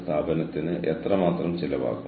പ്രകടനത്തിന്റെ ടെൻഷനുകൾ